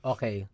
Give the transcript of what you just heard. Okay